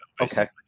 Okay